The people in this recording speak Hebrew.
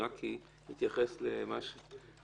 אני אתייחס לדברים שלך.